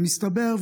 מסתבר,